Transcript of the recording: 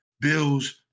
bills